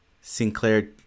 Sinclair